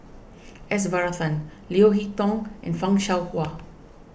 S Varathan Leo Hee Tong and Fan Shao Hua